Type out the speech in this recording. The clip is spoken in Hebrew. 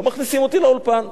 לא מכניסים אותי לאולפן.